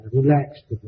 Relaxed